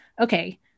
okay